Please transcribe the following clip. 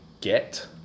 get